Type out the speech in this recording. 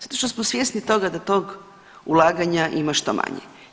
Zato što smo svjesni toga da tog ulaganja ima što manje.